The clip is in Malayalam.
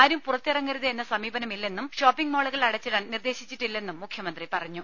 ആരും പുറത്തിറങ്ങരുത് എന്ന സമീപനമില്ലെന്നും ഷോപ്പിങ് മാളുകൾ അടച്ചിടാൻ നിർദേശിച്ചിട്ടില്ലെന്നും മുഖ്യമന്ത്രി പറഞ്ഞു